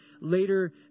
later